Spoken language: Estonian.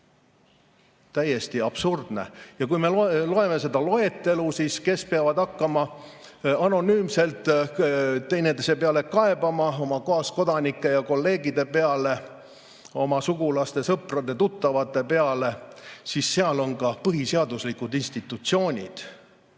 Täiesti absurdne! Kui me loeme seda loetelu, kes peavad hakkama anonüümselt üksteise peale kaebama, oma kaaskodanike ja kolleegide peale, oma sugulaste, sõprade ja tuttavate peale, siis näeme, et seal on ka põhiseaduslikud institutsioonid.